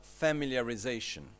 familiarization